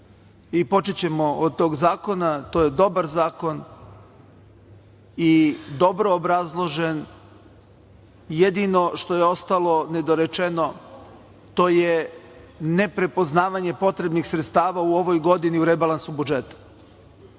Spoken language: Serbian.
i počećemo od tog zakona. To je dobar zakon i dobro obrazložen. Jedino što je ostalo nedorečeno to je neprepoznavanje potrebnih sredstava u ovoj godini u rebalansu budžeta,